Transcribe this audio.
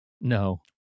No